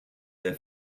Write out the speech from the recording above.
their